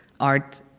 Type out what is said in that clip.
Art